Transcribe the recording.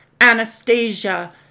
Anastasia